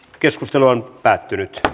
keskustelu päättyi